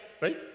right